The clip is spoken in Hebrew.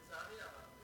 לצערי הרב,